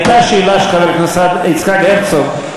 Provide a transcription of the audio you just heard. הייתה שאלה של חבר הכנסת יצחק הרצוג,